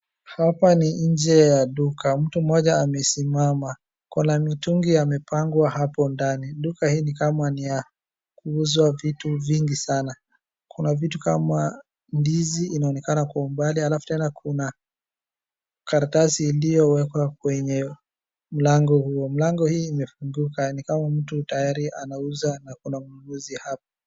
Hapa ni nje ya duka mtu mmoja amesimama kuna mitungi yamepangwa hapo ndani duka hii ni kama ni ya kuuzwa vitu vingi sana kuna vitu kama ndizi inaonekana kwa umbali alafu tena kuna karatasi iliyowekwa kwenye mlango huo. Mlango hii imefunguka ni kama mtu tayari anauza na kuna mnunuzi hapa.